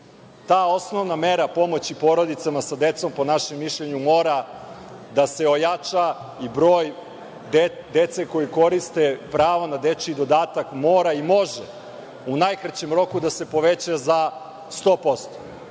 Ta osnovna mera pomoći porodicama sa decom, po našem mišljenju, mora da se ojača i broj dece koja koriste pravo na dečiji dodatak mora i može, u najkraćem roku, da se poveća za 100%,